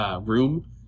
room